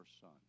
son